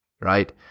right